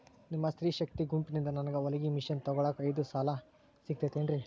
ನಿಮ್ಮ ಸ್ತ್ರೇ ಶಕ್ತಿ ಗುಂಪಿನಿಂದ ನನಗ ಹೊಲಗಿ ಮಷೇನ್ ತೊಗೋಳಾಕ್ ಐದು ಸಾಲ ಸಿಗತೈತೇನ್ರಿ?